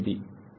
2